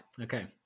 Okay